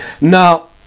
Now